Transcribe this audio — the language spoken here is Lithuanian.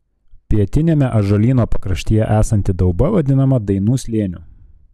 pietiniame ąžuolyno pakraštyje esanti dauba vadinama dainų slėniu